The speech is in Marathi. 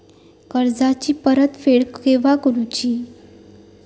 कर्जाची परत फेड केव्हा करुची?